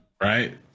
right